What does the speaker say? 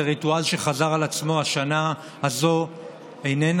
זה ריטואל שחזר על עצמו; השנה הזאת איננה